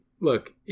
look